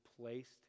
placed